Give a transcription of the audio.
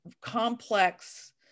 complex